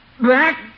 back